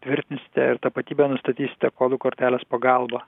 tvirtinsite ir tapatybę nustatysite kodų kortelės pagalba